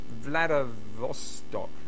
Vladivostok